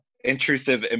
intrusive